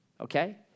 okay